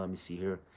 um see here,